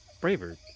braver